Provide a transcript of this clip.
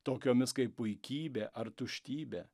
tokiomis kaip puikybė ar tuštybė